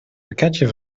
pakketje